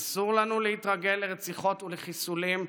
אסור לנו להתרגל לרציחות ולחיסולים,